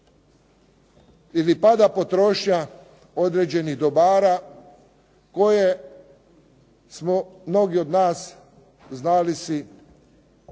ili pada potrošnja određenih dobara koje smo mnogi od nas znali si odrediti